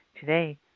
Today